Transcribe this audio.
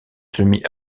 semi